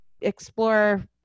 explore